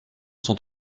sans